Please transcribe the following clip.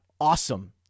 awesome